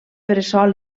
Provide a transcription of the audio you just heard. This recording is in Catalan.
bressol